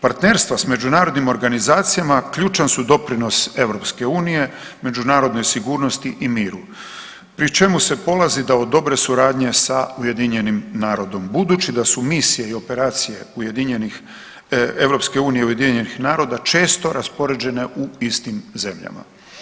Partnerstvo s međunarodnim organizacijama ključan su doprinos EU-a međunarodnoj sigurnosti i miru pri čemu se polazi od dobre suradnje sa UN-a, budući da su misije i operacije EU-a i UN-a često raspoređene u istim zemljama.